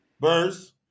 Verse